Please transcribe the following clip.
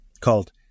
called